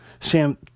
Sam